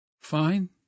Fine